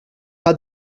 pas